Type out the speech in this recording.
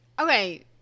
Okay